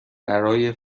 برای